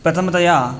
प्रथमतया